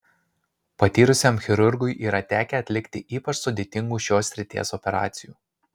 patyrusiam chirurgui yra tekę atlikti ypač sudėtingų šios srities operacijų